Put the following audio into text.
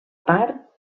part